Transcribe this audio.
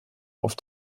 auf